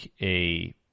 a-